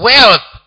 Wealth